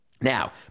Now